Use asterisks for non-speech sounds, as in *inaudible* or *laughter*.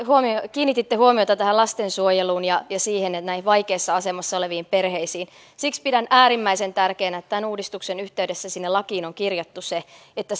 kiinnititte huomiota lastensuojeluun ja ja vaikeassa asemassa oleviin perheisiin siksi pidän äärimmäisen tärkeänä että tämän uudistuksen yhteydessä sinne lakiin on kirjattu se että *unintelligible*